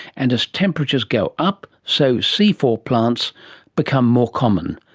and as temperatures go up, so c four plants become more common.